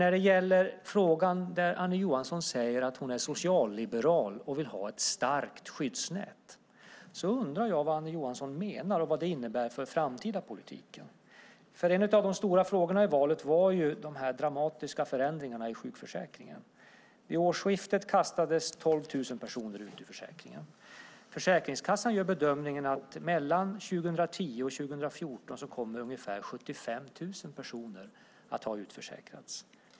När Annie Johansson säger att hon är socialliberal och vill ha ett starkt skyddsnät undrar jag vad hon menar och vad det innebär för den framtida politiken. En av de stora frågorna i valet var ju de dramatiska förändringarna i sjukförsäkringen. Vid årsskiftet kastades 12 000 personer ut ur försäkringen. Försäkringskassan gör bedömningen att mellan 2010 och 2014 kommer ungefär 75 000 personer att ha utförsäkrats.